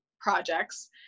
projects